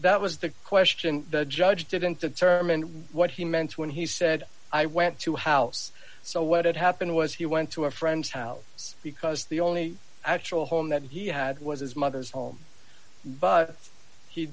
that was the question the judge didn't determine what he meant when he said i went to house so what had happened was he went to a friend's house because the only actual home that he had was his mother's home